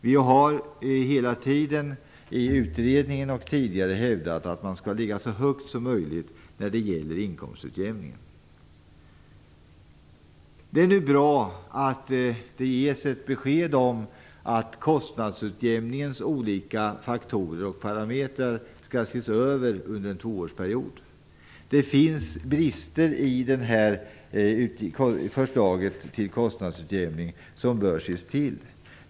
Vi har hela tiden i utredningen och tidigare hävdat att man skall ligga så högt som möjligt när det gäller inkomstutjämningen. Det är bra att det ges ett besked om att kostnadsutjämningens olika faktorer och parametrar skall ses över under en tvåårsperiod. Det finns brister i förslaget till kostnadsutjämning som bör rättas till.